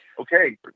Okay